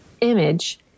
image